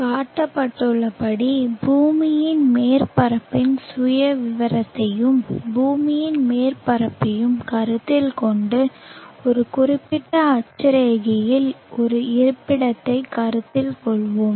காட்டப்பட்டுள்ளபடி பூமியின் மேற்பரப்பின் சுயவிவரத்தையும் பூமியின் மேற்பரப்பையும் கருத்தில் கொண்டு ஒரு குறிப்பிட்ட அட்சரேகையில் ஒரு இருப்பிடத்தைக் கருத்தில் கொள்வோம்